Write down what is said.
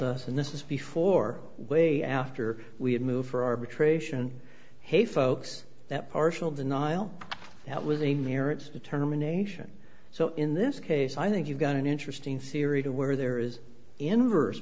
us and this is before way after we had moved for arbitration hey folks that partial denial that was a marriage determination so in this case i think you've got an interesting theory to where there is inverse